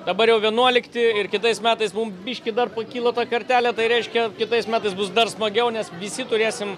dabar jau vienuolikti ir kitais metais mum biški dar pakyla ta kartelė tai reiškia kitais metais bus dar smagiau nes visi turėsim